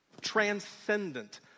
transcendent